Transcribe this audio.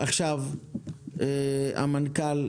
המנכ"ל,